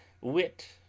wit